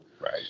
right